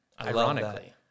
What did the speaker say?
Ironically